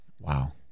Wow